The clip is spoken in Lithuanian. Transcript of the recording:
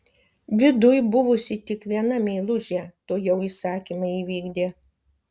viduj buvusi tik viena meilužė tuojau įsakymą įvykdė